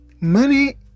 money